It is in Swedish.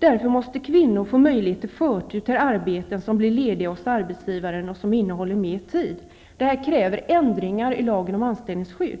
Kvinnor måste därför få möjlighet till förtur till lediga arbeten hos sin arbetsgivare, vilket innebär mer arbetstid och kräver ändringar i lagen om anställningsskydd.